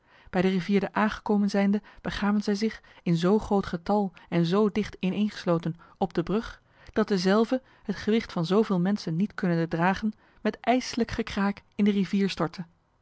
bij de rivier de aa gekomen zijnde begaven zij zich in zo groot getal en zo dicht ineengesloten op de brug dat dezelve het gewicht van zoveel mensen niet kunnende dragen met ijslijk gekraak in de rivier stortte